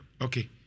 Okay